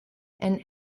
and